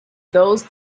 those